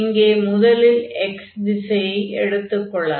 இங்கே முதலில் x திசையை எடுத்துக் கொள்ளலாம்